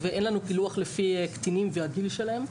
ואין לנו פילוח לפי קטינים והגיל שלהם.